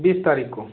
बीस तारीख़ को